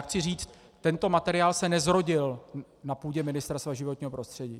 Chci říct, že tento materiál se nezrodil na půdě Ministerstva životního prostředí.